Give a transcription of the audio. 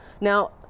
Now